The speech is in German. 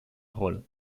rolle